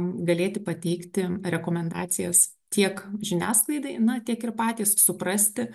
galėti pateikti rekomendacijas tiek žiniasklaidai na tiek ir patys suprasti